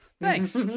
Thanks